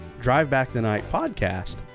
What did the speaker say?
drivebackthenightpodcast